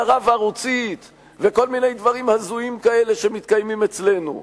רב-ערוצית וכל מיני דברים הזויים כאלה שמתקיימים אצלנו.